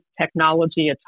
technology